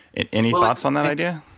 and any thoughts on that idea?